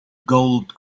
gold